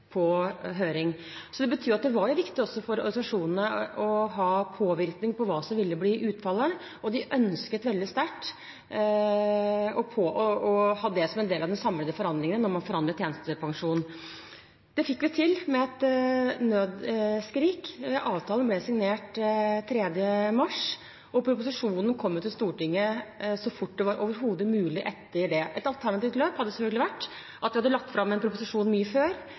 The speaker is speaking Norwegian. på høring. Det betyr at det var viktig også for organisasjonene å ha påvirkning på hva som ville bli utfallet, og de ønsket veldig sterkt å ha det som en del av de samlede forhandlingene da man forhandlet tjenestepensjon. Det fikk vi til, med et nødskrik. Avtalen ble signert 3. mars, og proposisjonen kom til Stortinget så fort som det overhodet var mulig etter det. Et alternativt løp hadde selvfølgelig vært at vi hadde lagt fram en proposisjon mye før,